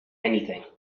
anything